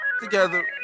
together